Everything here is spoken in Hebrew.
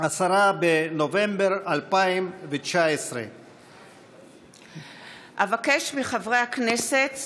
10 בנובמבר 2019. אבקש מחברי הכנסת,